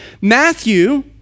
Matthew